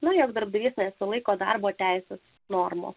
naujas darbdavys nesilaiko darbo teisės normų